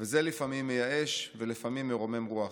וזה לפעמים מייאש ולפעמים מרומם רוח.